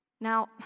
Now